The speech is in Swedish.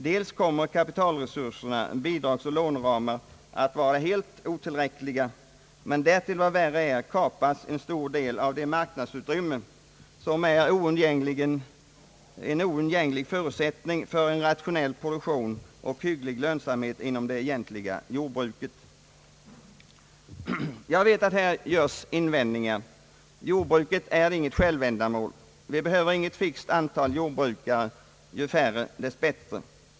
Dels kommer kapitalresurserna, bidragsoch låneramar, att vara helt otillräckliga, men därtill, vad värre är, kapas en stor del av det marknadsutrymme som är en oundgänglig förutsättning för en rationell produktion och hygglig lönsamhet inom det egentliga jordbruket. Jag vet att här görs invändningar. Jordbruket är inget självändamål. Vi behöver inget fixt antal jordbrukare Allmänpolitisk debatt — ju färre dess bättre.